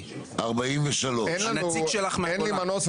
43. אין לי מנוס,